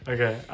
Okay